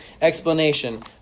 Explanation